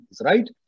right